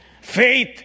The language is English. Faith